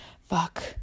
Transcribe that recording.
fuck